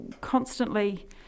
constantly